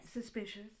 Suspicious